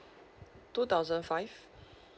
two thousand five